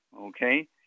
Okay